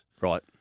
Right